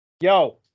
Yo